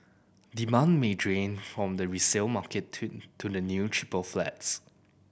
demand may drain from the resale market to to the new cheaper flats